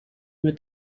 mit